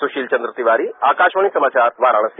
सुशील चंद्र तिवारी आकाशवाणी समाचार वाराणसी